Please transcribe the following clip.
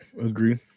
Agree